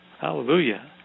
Hallelujah